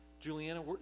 Juliana